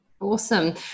Awesome